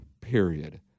period